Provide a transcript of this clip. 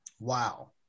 Wow